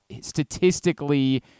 statistically